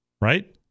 right